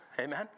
amen